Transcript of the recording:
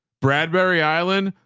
bradbury island.